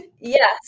Yes